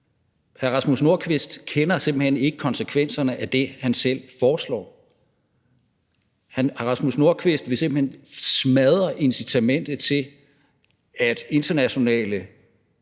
Hr. Rasmus Nordqvist kender simpelt hen ikke konsekvenserne af det, han selv foreslår. Hr. Rasmus Nordqvist vil simpelt hen smadre incitamentet til, at internationale